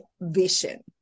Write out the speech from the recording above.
vision